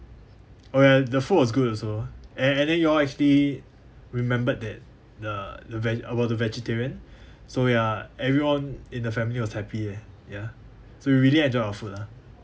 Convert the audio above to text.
oh ya the food was good also and and then you all actually remembered that the the vege~ about the vegetarian so ya everyone in the family was happy leh ya so we really enjoyed our food lah